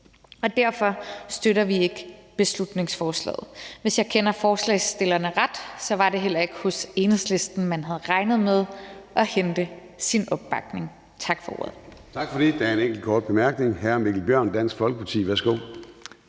og derfor støtter vi ikke beslutningsforslaget. Hvis jeg kender forslagsstillerne ret, var det heller ikke hos Enhedslisten, at man havde regnet med at hente sin opbakning. Tak for ordet. Kl. 13:26 Formanden (Søren Gade): Tak for det. Der er en enkelt kort bemærkning fra hr. Mikkel Bjørn, Dansk Folkeparti. Værsgo.